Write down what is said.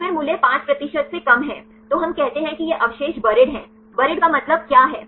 तो फिर मूल्य 5 प्रतिशत से कम है तो हम कहते हैं कि ये अवशेष बरीद हैं बरीद का मतलब क्या है